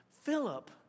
Philip